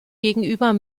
gegenüber